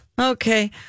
Okay